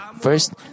First